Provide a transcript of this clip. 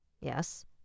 Yes